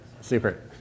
Super